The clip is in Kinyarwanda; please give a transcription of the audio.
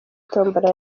tombora